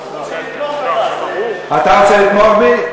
רוצים לתמוך בך, אתה רוצה לתמוך בי?